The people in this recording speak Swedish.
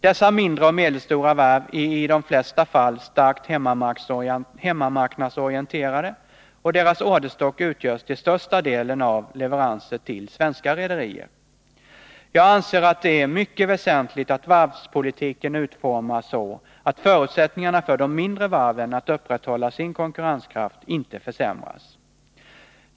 Dessa mindre och medelstora varv är i de flesta fall starkt hemmamarknadsorienterade, och deras orderstock utgörs till största delen av leveranser till svenska rederier. Jag anser att det är mycket väsentligt att varvspolitiken utformas så, att förutsättningarna för de mindre varven att upprätthålla sin konkurrenskraft inte försämras.